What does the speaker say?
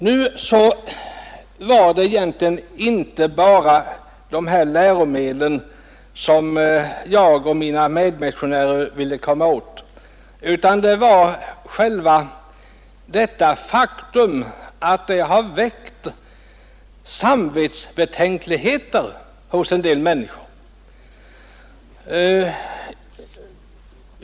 Nu var det egentligen inte bara de här läromedlen som jag och mina medmotionärer ville komma åt, utan det var just detta faktum att vissa saker väckt samvetsbetänkligheter hos en del människor.